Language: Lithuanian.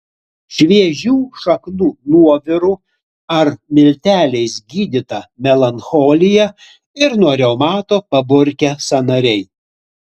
šviežių šaknų nuoviru ar milteliais gydyta melancholija ir nuo reumato paburkę sąnariai